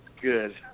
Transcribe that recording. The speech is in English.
Good